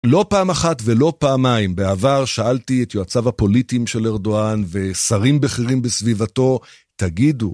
לא פעם אחת ולא פעמיים בעבר שאלתי את יועציו הפוליטיים של ארדואן ושרים בכירים בסביבתו, תגידו.